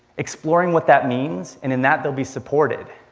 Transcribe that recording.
exploring what that means and in that they'll be supported.